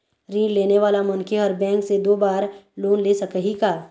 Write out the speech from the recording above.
ऋण लेने वाला मनखे हर बैंक से दो बार लोन ले सकही का?